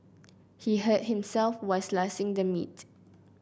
he hurt himself while slicing the meat